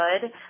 good